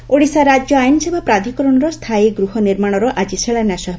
ଶିଳାନ୍ନାସ ଓଡ଼ିଶା ରାଜ୍ୟ ଆଇନସେବା ପ୍ରାଧିକରଣର ସ୍ରାୟୀ ଗୃହ ନିର୍ମାଶର ଆଜି ଶିଳାନ୍ୟାସ ହେବ